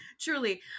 Truly